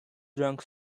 drank